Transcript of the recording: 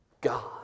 God